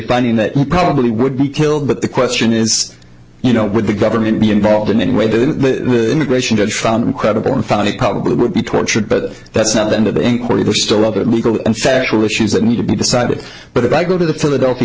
binding that you probably would be killed but the question is you know with the government be involved in any way the immigration judge found credible and found it probably would be tortured but that's not the end of the inquiry the still other legal and factual issues that need to be decided but if i go to the philadelphia